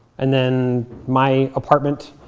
and then my apartment,